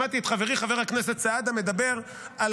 שמעתי את חברי חבר הכנסת סעדה מדבר על